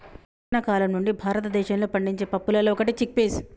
పురతన కాలం నుండి భారతదేశంలో పండించే పప్పులలో ఒకటి చిక్ పీస్